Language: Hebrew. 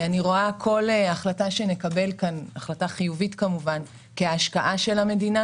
אני רואה כל החלטה חיובית שנקבל כאן כהשקעה של המדינה.